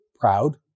proud